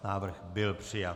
Návrh byl přijat.